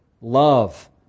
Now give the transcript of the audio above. love